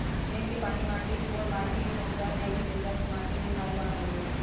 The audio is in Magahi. मेघ के पानी माटी कोर माटि में पहुँचा देइछइ जेकरा से माटीमे हाल बनल रहै छइ